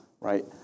right